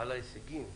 על ההישגים,